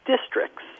districts